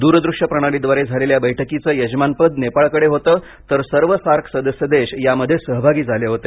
दूरदृष्य प्रणालीद्वारे झालेल्या या बैठकीचं यजमानपद नेपाळकडे होत तर सर्व सार्क सदस्य देश यामध्ये सहभागी झाले होते